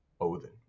Odin